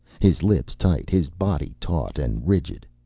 his lips tight, his body taut and rigid.